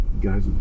guys